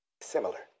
similar